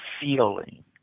feeling